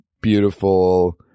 beautiful